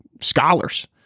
scholars